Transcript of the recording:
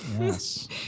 yes